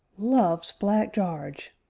loves black jarge!